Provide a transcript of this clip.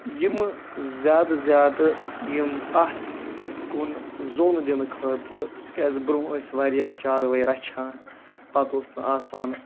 یِمہٕ زیادٕ زیادٕ یِم اَتھ کُن زوٚن دِنہٕ خٲطرٕ تِکیٛازِ بروںٛہہ ٲسۍ واریاہ چاروٲے رَچھان پَتہٕ اوس نہٕ آسان